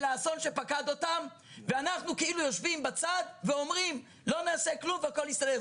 האסון שפקד אותם ואנחנו אומרים "לא נעשה כלום והכול יסתדר".